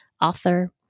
author